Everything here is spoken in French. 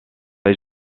les